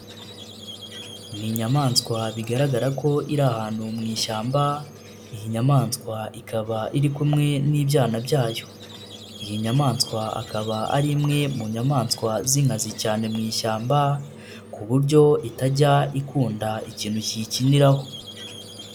Ni inyamaswa bigaragara ko iri ahantu mu ishyamba iyi nyamaswa ikaba iri kumwe n'ibyana byayo, iyi nyamaswa akaba ari imwe mu nyamaswa z'inkazi cyane mu ishyamba ku buryo itajya ikunda ikintu kiyikiniraho.